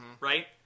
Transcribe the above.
right